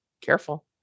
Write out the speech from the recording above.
careful